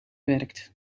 werkt